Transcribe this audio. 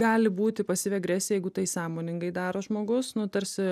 gali būti pasyvi agresija jeigu tai sąmoningai daro žmogus nu tarsi